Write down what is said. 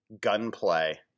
gunplay